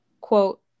quote